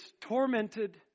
tormented